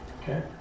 okay